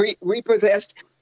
repossessed